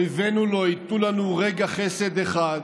אויבנו לא ייתנו לנו רגע חסד אחד,